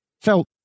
felt